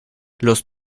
los